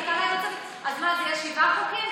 אז מה, זה יהיה שבעה חוקים?